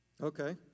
Okay